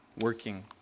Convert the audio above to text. working